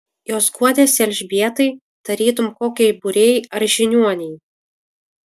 jos guodėsi elžbietai tarytum kokiai būrėjai ar žiniuonei